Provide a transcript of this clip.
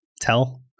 tell